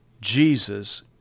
Jesus